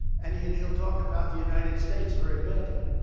and yet, he'll talk about the united states very badly.